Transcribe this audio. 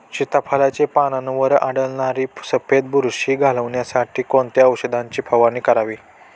सीताफळाचे पानांवर आढळणारी सफेद बुरशी घालवण्यासाठी कोणत्या औषधांची फवारणी करावी?